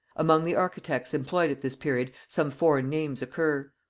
among the architects employed at this period some foreign names occur.